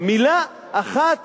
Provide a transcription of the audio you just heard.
מלה אחת